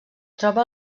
troba